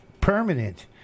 permanent